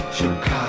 Chicago